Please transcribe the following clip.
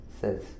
says